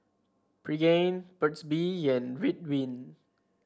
Pregain Burt's Bee and Ridwind